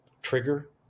trigger